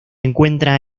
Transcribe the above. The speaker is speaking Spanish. encuentra